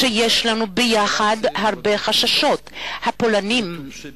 וחולקת עמה הרבה חששות משותפים.